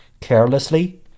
carelessly